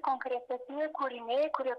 konkretesni kūriniai kurie